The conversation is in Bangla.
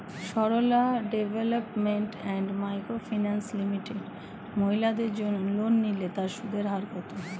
Sarala development and micro finance limited মহিলাদের জন্য লোন নিলে তার সুদের হার কত?